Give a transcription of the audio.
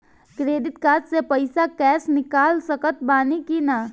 Credit card से पईसा cash निकाल सकत बानी की ना?